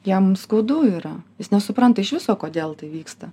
jam skaudu yra jis nesupranta iš viso kodėl tai vyksta